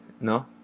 no